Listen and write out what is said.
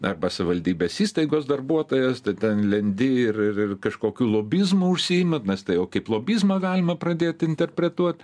arba savivaldybės įstaigos darbuotojas tai ten lendi ir ir ir kažkokiu lobizmu užsiimi nes tai jau kaip lobizmą galima pradėt interpretuot